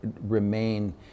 remain